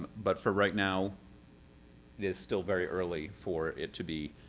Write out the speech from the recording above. but for right now, this is still very early for it to be